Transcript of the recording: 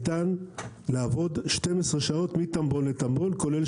ניתן לעבוד 12 שעות כולל שעות מנוחה מטמבון לטמבון.